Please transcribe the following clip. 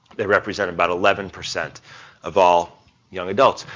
they represent about eleven percent of all young adults.